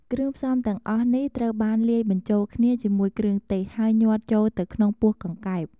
គ្រឿងផ្សំទាំងអស់នេះត្រូវបានលាយបញ្ចូលគ្នាជាមួយគ្រឿងទេស ហើយញ៉ាត់ចូលទៅក្នុងពោះកង្កែប។